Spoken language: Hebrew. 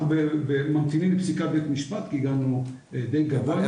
אנחנו ממתינים לפסיקה בבית המשפט כי הגענו די ---.